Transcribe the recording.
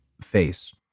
face